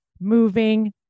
moving